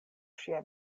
ŝia